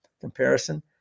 comparison